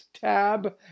tab